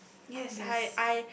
yes I I